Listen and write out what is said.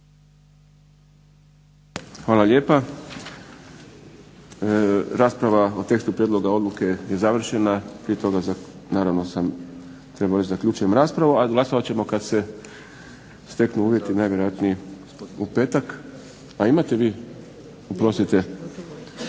Hvala lijepa. Rasprava o tekstu prijedloga odluke je završena. Prije toga naravno sam trebao reći zaključujem raspravu, a glasovat ćemo kad se steknu uvjeti. Najvjerojatnije u petak. A imate vi? Oprostite.